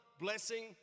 blessing